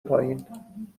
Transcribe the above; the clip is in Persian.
پایین